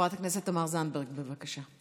חברת הכנסת תמר זנדברג, בבקשה.